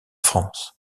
france